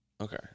Okay